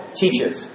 teachers